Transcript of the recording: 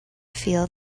feel